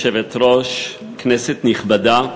גברתי היושבת-ראש, כנסת נכבדה,